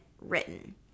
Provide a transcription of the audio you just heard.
written